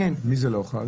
על מי זה לא חל?